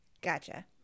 Gotcha